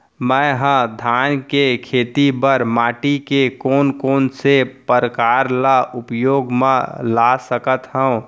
मै ह धान के खेती बर माटी के कोन कोन से प्रकार ला उपयोग मा ला सकत हव?